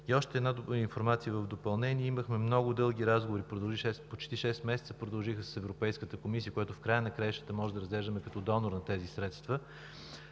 И още една информация в допълнение. Имахме много дълги разговори, почти шест месеца продължиха, с Европейската комисия, която можем да разглеждаме като донор на тези средства